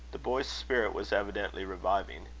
the boy's spirit was evidently reviving.